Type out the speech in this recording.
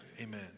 amen